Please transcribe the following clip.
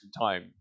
time